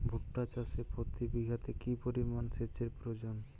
ভুট্টা চাষে প্রতি বিঘাতে কি পরিমান সেচের প্রয়োজন?